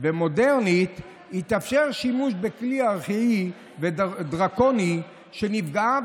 ומודרנית יתאפשר שימוש בכלי ארכאי ודרקוני שנפגעיו